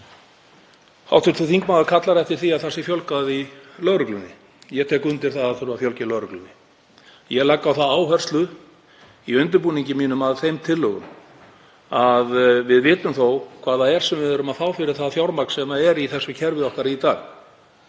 Hv. þingmaður kallar eftir því að það sé fjölgað í lögreglunni. Ég tek undir að það þurfi að fjölga í lögreglunni. Ég legg á það áherslu í undirbúningi mínum að þeim tillögum að við vitum þó hvað það er sem við erum að fá fyrir það fjármagn sem er í þessu kerfi okkar í dag.